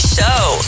Show